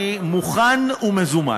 אני מוכן ומזומן,